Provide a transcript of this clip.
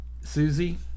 Susie